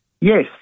Yes